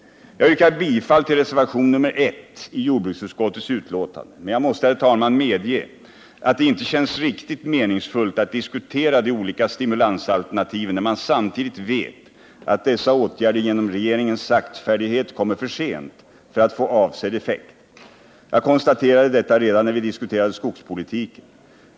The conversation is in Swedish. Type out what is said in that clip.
Jag yrkar bifall till reservation nr 1 vid jordbruksutskottets betänkande, men jag måste, herr talman, medge att det inte känns riktigt meningsfullt att diskutera de olika stimulansalternativen när man samtidigt vet att dessa åtgärder genom regeringens saktfärdighet kommer för sent för att få avsedd effekt. Jag konstaterade detta redan när vi diskuterade skogspolitiken.